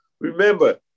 Remember